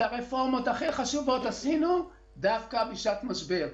את הרפורמות הכי חשובות עשינו דווקא בשעת משבר.